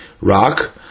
rock